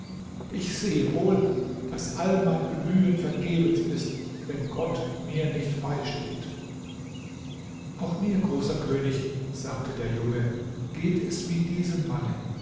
ich sehe wohl daß all mein bemühen vergebens ist wenn gott mir nicht beisteht auch mir großer könig sagte der junge geht es wie diesem manne